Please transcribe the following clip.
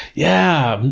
yeah.